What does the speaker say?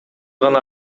гана